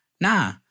nah